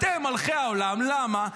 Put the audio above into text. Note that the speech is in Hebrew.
אתם מלכי העולם, למה?